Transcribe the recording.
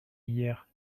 hier